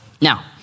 Now